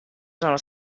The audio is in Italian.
sono